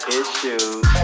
issues